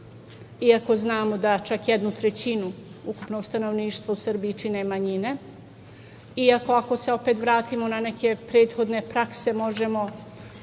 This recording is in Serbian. iako znamo da čak jednu trećinu ukupnog stanovništva u Srbiji čine manjine, iako ako se opet vratimo na neke prethodne prakse možemo